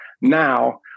now